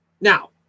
now